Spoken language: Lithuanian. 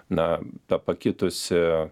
na ta pakitusi